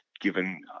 given